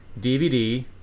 DVD